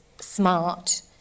smart